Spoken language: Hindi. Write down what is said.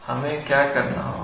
तो हमें क्या करना होगा